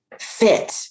fit